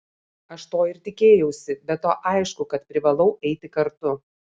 aš to ir tikėjausi be to aišku kad privalau eiti kartu